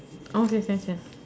okay can can